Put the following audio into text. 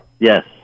Yes